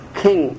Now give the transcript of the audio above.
king